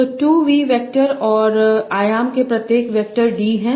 तो 2 V vector और आयाम के प्रत्येक वेक्टर d हैं